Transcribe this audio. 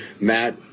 Matt